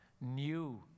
new